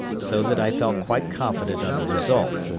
so that i felt quite confident of the result.